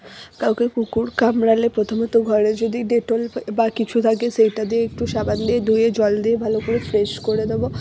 কাউকে কুকুর কামড়ালে প্রথমে তো ঘরে যদি ডেটল বা কিছু থাকে সেইটা দিয়ে একটু সাবান দিয়ে ধুয়ে জল দিয়ে ভালো করে ফ্রেশ করে দেব